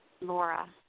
Laura